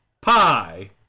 pie